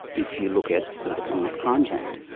if you look at the commonwealth crimes act,